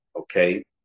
okay